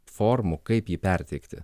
formų kaip jį perteikti